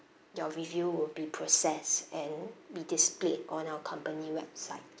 your review will be processed and be displayed on our company website